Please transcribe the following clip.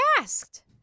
asked